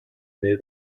near